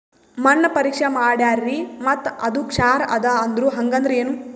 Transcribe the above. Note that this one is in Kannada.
ಮಣ್ಣ ಪರೀಕ್ಷಾ ಮಾಡ್ಯಾರ್ರಿ ಮತ್ತ ಅದು ಕ್ಷಾರ ಅದ ಅಂದ್ರು, ಹಂಗದ್ರ ಏನು?